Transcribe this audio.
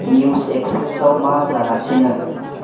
news एक्सप्रेसाव मा जागासिनो